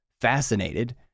fascinated